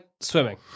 swimming